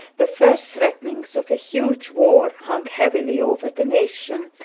the first threatenings of a huge war hung heavily over the nation,